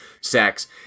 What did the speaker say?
sex